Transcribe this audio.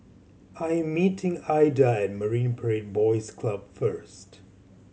I am meeting Ilda at Marine Parade Boys Club first